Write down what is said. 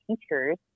teachers